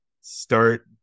start